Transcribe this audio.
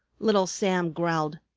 little sam growled,